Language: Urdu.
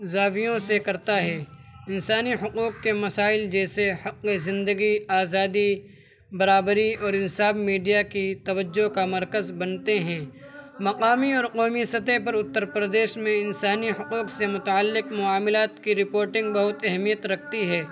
زاویوں سے کرتا ہے انسانی حقوق کے مسائل جیسے حقِ زندگی آزادی برابری اور انصاب میڈیا کی توجہ کا مرکز بنتے ہیں مقامی اور قومی سطح پر اتّر پردیش میں انسانی حقوق سے متعلق معاملات کی رپورٹنگ بہت اہمیت رکھتی ہے